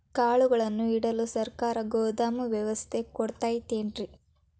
ಕಾಳುಗಳನ್ನುಇಡಲು ಸರಕಾರ ಗೋದಾಮು ವ್ಯವಸ್ಥೆ ಕೊಡತೈತೇನ್ರಿ?